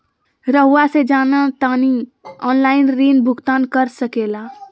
रहुआ से जाना तानी ऑनलाइन ऋण भुगतान कर सके ला?